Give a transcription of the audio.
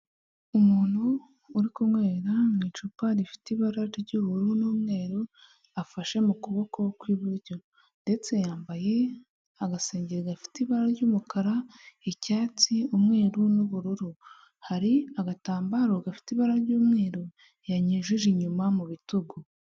Umuntu uri kunywera mu icupa rifite ibara ry'ubururu n'umweru afashe mu kuboko kw'iburyo ndetse yambaye agasengeri gafite ibara ry'umukara, icyatsi, umweru n'ubururu. Hari agatambaro gafite ibara ry'umweru yanyujije inyuma mu bitugu.